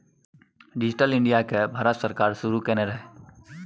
digital India केँ भारत सरकार शुरू केने रहय